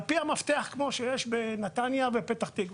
על פי המפתח כמו שיש בנתניה או בפתח תקווה.